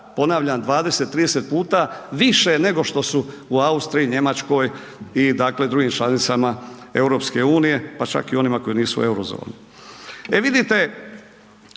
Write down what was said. ponavljam 20-30 puta više nego što su u Austriji i Njemačkoj i dakle drugim članicama EU, pa čak i onima koje nisu u Eurozoni. E vidite